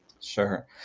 Sure